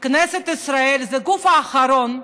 כנסת ישראל זה הגוף האחרון.